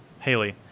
Haley